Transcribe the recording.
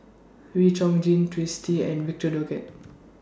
Wee Chong Jin Twisstii and Victor Doggett